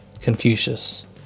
Confucius